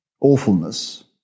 awfulness